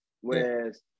Whereas